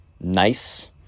nice